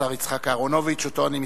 השר יצחק אהרונוביץ, שאותו אני מתכבד,